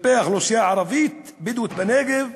כלפי האוכלוסייה הערבית-בדואית בנגב,